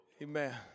Amen